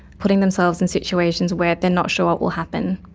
putting themselves in situations where they're not sure what will happen,